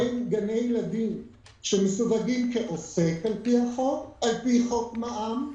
בין גני ילדים שמסווגים כעוסק על-פי חוק מע"מ,